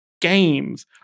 games